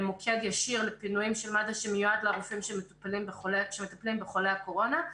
מוקד ישיר לפינויים של מד"א שמיועד לרופאים שמטפלים בחולי הקורונה.